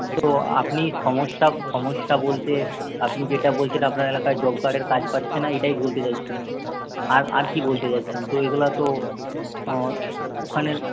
তো আপনি সমস্যা সমস্যা বলতে আপনি যেটা বলছেন আপনার এলাকায় জব কার্ডে কাজ পাচ্ছে না এটাই বলতে চাইছেন আর আর কি বলতে চাইছেন তো এইগুলো তো ওখানের